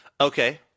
Okay